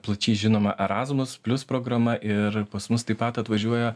plačiai žinoma erasmus plius programa ir pas mus taip pat atvažiuoja